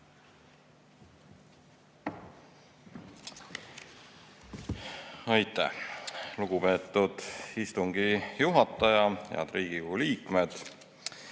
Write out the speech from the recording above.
Aitäh, lugupeetud istungi juhataja! Head Riigikogu liikmed!